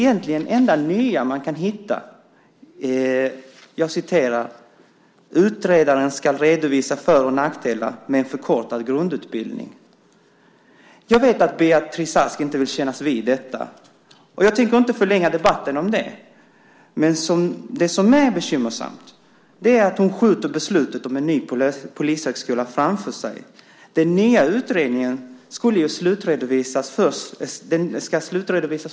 Det enda nya som kan hittas är att utredaren ska redovisa för och nackdelar med en förkortad grundutbildning. Jag vet att Beatrice Ask inte vill kännas vid detta, och jag tänker inte förlänga debatten med det. Men det som är bekymmersamt är att hon skjuter beslutet om en ny polishögskola framför sig. Den nya utredningen ska slutredovisas först i mars 2008.